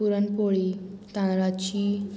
पुरण poli तानळाची